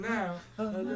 now